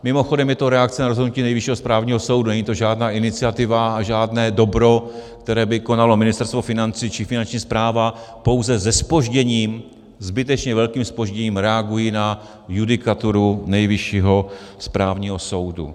Mimochodem je to reakce na rozhodnutí Nejvyššího správního soudu, není to žádná iniciativa a žádné dobro, které by konalo Ministerstvo financí či Finanční správa, pouze se zpožděním, zbytečně velkým zpožděním reagují na judikaturu Nejvyššího správního soudu.